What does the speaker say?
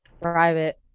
private